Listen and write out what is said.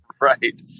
Right